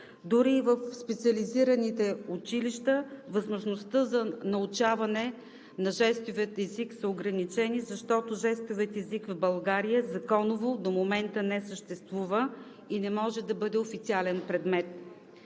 Дори в специализираните училища възможността за научаване на жестовия език са ограничени, защото жестовият език в България законово до момента не съществува и не може да бъде официален предмет.